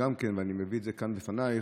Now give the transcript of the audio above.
ואני מביא את זה כאן בפנייך,